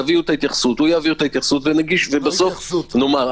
תביאו את ההתייחסות, הוא יעביר אותה, ובסוף נאמר.